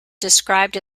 described